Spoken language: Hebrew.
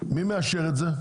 מי מאשר את זה?